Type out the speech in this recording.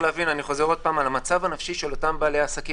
המצב הנפשי והלחצים בהם נמצאים אותם בעלי עסקים,